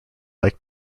like